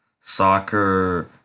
soccer